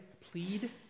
plead